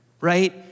right